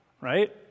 right